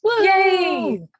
Yay